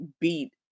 beat